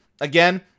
again